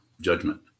judgment